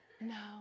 No